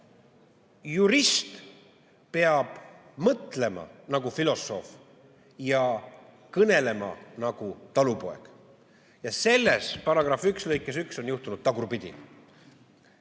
jurist peab mõtlema nagu filosoof ja kõnelema nagu talupoeg. Selle § 1 lõikes 1 on juhtunud tagurpidi: